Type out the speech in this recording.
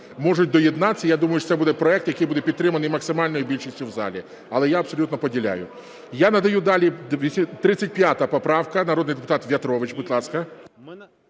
можуть доєднатися я думаю, що це буде проект, який буде підтриманий максимальною більшістю в залі. Але я абсолютно поділяю. Я надаю далі. 235 поправка народний депутат В'ятрович, будь ласка.